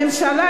הממשלה,